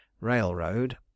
railroad